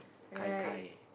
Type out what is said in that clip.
kai kai